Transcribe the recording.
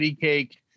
Cake